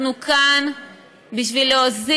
אנחנו כאן בשביל להוריד